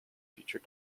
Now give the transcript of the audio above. future